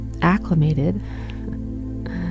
acclimated